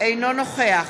אינו נוכח